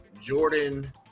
Jordan